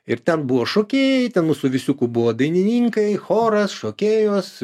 ir ten buvo šokėjai ten mūsų visiukų buvo dainininkai choras šokėjos